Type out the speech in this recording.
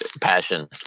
passion